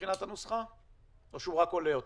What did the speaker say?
מבחינת הנוסחה או שהוא רק עולה אוטומטית?